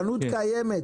חנות קיימת